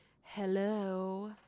Hello